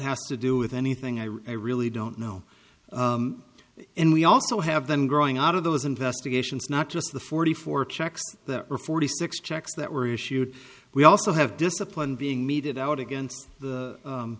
has to do with anything i really don't know and we also have them growing out of those investigations not just the forty four checks that were forty six checks that were issued we also have discipline being meted out against the